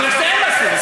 הוא אומר שהם עשו.